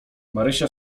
marysia